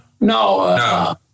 No